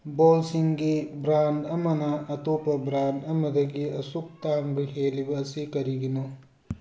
ꯕꯣꯜꯁꯤꯡꯒꯤ ꯕ꯭ꯔꯥꯟ ꯑꯃꯅ ꯑꯇꯣꯞꯄ ꯕ꯭ꯔꯥꯟ ꯑꯃꯗꯒꯤ ꯑꯁꯨꯛ ꯇꯥꯡꯕ ꯍꯦꯜꯂꯤꯕ ꯑꯁꯤ ꯀꯔꯤꯒꯤꯅꯣ